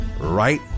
right